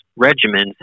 regimens